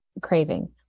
craving